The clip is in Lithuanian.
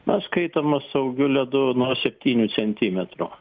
na skaitomas saugiu ledu nuo septynių centimetrų